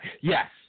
Yes